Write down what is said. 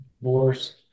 divorce